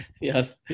Yes